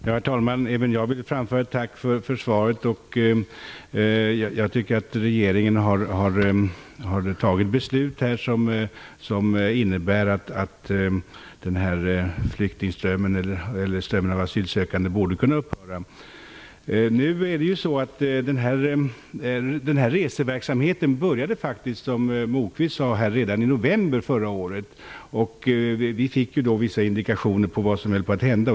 Herr talman! Även jag vill framföra ett tack för svaret. Regeringen har fattat beslut som innebär att strömmen av asylsökande borde kunna upphöra. Den här reseverksamheten började, som Moquist sade, faktiskt redan i november förra året. Vi fick vissa indikationer på vad som höll på att hända.